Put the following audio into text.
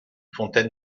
fontaine